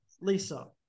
lisa